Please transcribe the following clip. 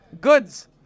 goods